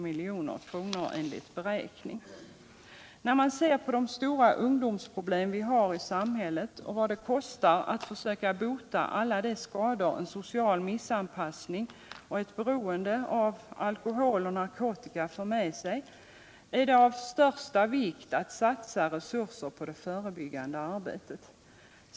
Med tanke på de stora ungdomsproblem vi har i samhället och vad det kostar att försöka bota alla de skador en social missanpassning och ett beroende av alkohol och narkotika för med sig är det av största vikt att satsa resurser på det förebyggande arbetet.